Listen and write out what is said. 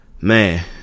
man